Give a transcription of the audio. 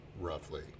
roughly